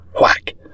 Whack